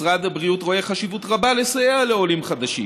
משרד הבריאות רואה חשיבות רבה בסיוע לעולים חדשים,